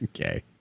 Okay